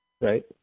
right